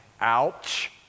Ouch